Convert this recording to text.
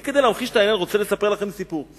אני, כדי להמחיש את העניין, רוצה לספר לכם סיפור.